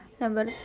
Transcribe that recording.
Number